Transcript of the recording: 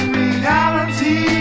reality